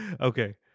Okay